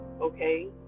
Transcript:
okay